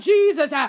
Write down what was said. Jesus